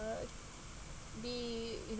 uh be you know